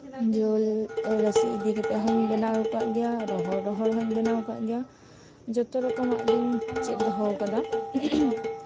ᱡᱤᱞ ᱨᱟᱥᱮ ᱤᱫᱤ ᱠᱟᱛᱮᱜ ᱦᱚᱧ ᱵᱮᱱᱟᱣ ᱠᱟᱜ ᱜᱮᱭᱟ ᱨᱚᱦᱚᱲ ᱨᱚᱦᱚᱲ ᱦᱚᱧ ᱵᱮᱱᱟᱥᱣ ᱠᱟᱜ ᱜᱮᱭᱟ ᱡᱚᱛᱚ ᱨᱚᱠᱚᱢ ᱟᱜ ᱜᱮ ᱪᱮᱫ ᱫᱚᱦᱚ ᱠᱟᱫᱟ